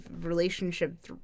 relationship